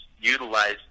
utilize